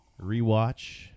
rewatch